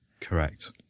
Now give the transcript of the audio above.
Correct